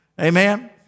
Amen